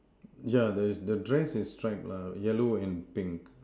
yeah the the dress is stripe lah yellow and pink